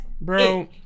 bro